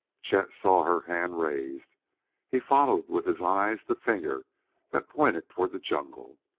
chet saw her hand raised he followed with his eyes the finger that pointed toward the jungle,